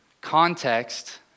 context